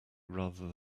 rather